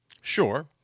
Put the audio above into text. Sure